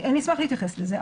אשמח להתייחס לזה,